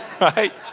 Right